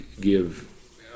give